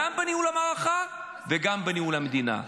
גם בניהול המערכה וגם בניהול המדינה.